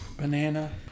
banana